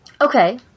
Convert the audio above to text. Okay